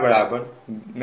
VS